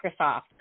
Microsoft